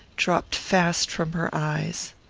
dropped fast from her eyes.